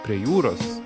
prie jūros